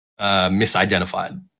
misidentified